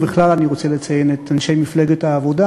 ובכלל אני רוצה לציין את אנשי מפלגת העבודה,